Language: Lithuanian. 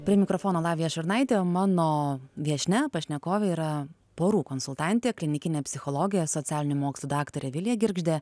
prie mikrofono lavija šurnaitė o mano viešnia pašnekovė yra porų konsultantė klinikinė psichologė socialinių mokslų daktarė vilija girgždė